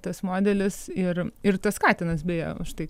tas modelis ir ir tas katinas beje va štai